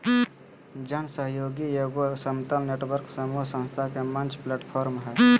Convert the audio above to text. जन सहइोग एगो समतल नेटवर्क समूह संस्था के मंच प्लैटफ़ार्म हइ